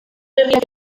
herriak